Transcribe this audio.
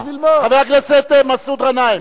חבר הכנסת מסעוד גנאים.